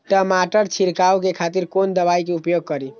टमाटर छीरकाउ के खातिर कोन दवाई के उपयोग करी?